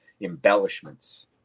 embellishments